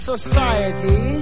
society